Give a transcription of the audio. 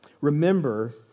Remember